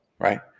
right